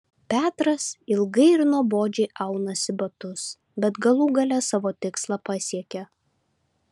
petras ilgai ir nuobodžiai aunasi batus bet galų gale savo tikslą pasiekia